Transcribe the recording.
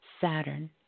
Saturn